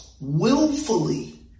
willfully